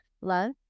love